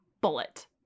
bullet